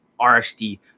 RSD